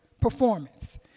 performance